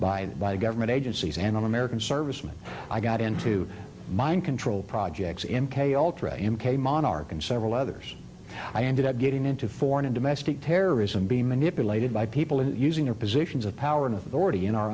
civilians by by government agencies and american servicemen i got into mind control projects m k ultra m k monarch and several others i ended up getting into foreign and domestic terrorism being manipulated by people and using their positions of power and authority in our